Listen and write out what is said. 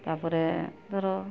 ତା'ପରେ ଧର